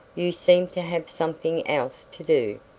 you seem to have something else to do.